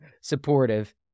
supportive